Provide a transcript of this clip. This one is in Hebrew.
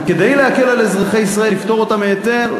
כדי להקל על אזרחי ישראל, לפטור אותם מקבלת היתר.